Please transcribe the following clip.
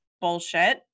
bullshit